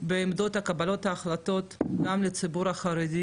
בעמדות קבלת החלטות גם לציבור החרדי